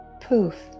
poof